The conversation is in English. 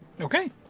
Okay